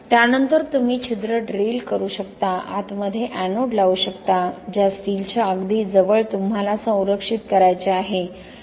त्यानंतर तुम्ही एक छिद्र ड्रिल करू शकता आतमध्ये एनोड लावू शकता ज्या स्टीलच्या अगदी जवळ तुम्हाला संरक्षित करायचे आहे